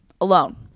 Alone